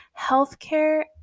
healthcare